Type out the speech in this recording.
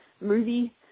movie